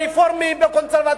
ברפורמים, בקונסרבטיבים.